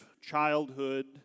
childhood